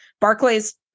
barclays